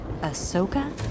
Ahsoka